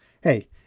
Hey